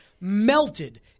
melted